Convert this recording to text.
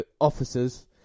officers